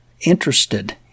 interested